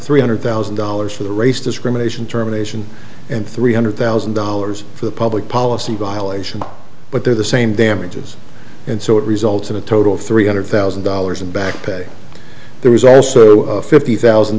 three hundred thousand dollars for the race discrimination terminations and three hundred thousand dollars for the public policy violation but they're the same damages and so it results in a total of three hundred thousand dollars in back pay there was also fifty thousand